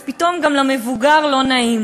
אז פתאום גם למבוגר לא נעים.